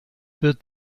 wird